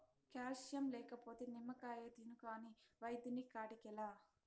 calcium లేకపోతే నిమ్మకాయ తిను కాని వైద్యుని కాడికేలా